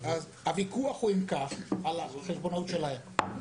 הוויכוח הוא, אם כך, על החשבונות שלהם.